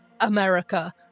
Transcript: America